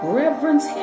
reverence